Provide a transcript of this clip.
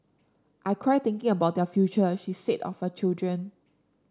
I cry thinking about their future she said of her children